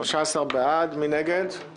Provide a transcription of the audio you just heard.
בעד - רוב נגד - אין